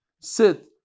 Sit